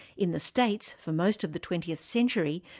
in the states, for most of the twentieth century,